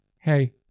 hey